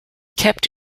kept